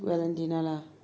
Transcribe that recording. valentina lah